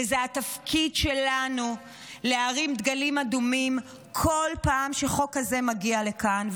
וזה התפקיד שלנו להרים דגלים אדומים כל פעם שחוק כזה מגיע לכאן,